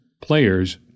players